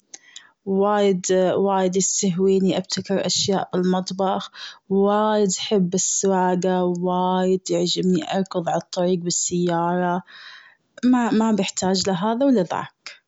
وايد-وايد يستهويني بأشياء المطبخ. وايد أحب السواقة وايد تعجبني اركض على الطريق بالسيارة. ما- ما بحتاج لهذا ولا ذاك.